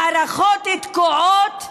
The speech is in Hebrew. "מערכות תקועות"